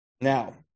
Now